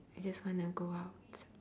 I just want to go out